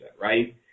right